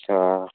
हवस्